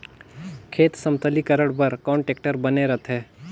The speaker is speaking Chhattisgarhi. खेत समतलीकरण बर कौन टेक्टर बने रथे?